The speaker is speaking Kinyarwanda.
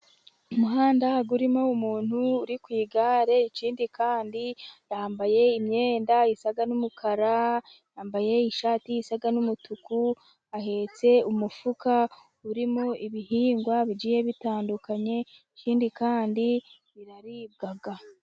Umuhanda urimo umuntu uri ku igare, ikindi kandi yambaye imyenda isaga n'umukara, yambaye ishati isa n'umutuku, ahetse umufuka urimo ibihingwa bigiye bitandukanye ikindi kandi biraribwa.